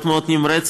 מאוד מאוד נמרצת.